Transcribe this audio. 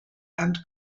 and